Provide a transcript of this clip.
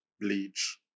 bleach